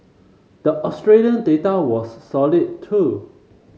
the Australian data was solid too